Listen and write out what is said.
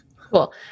Cool